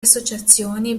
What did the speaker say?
associazioni